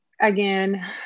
again